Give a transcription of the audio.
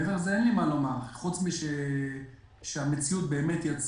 מעבר לזה אין לי מה לומר חוץ מזה שהמציאות יצרה